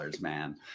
man